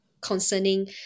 concerning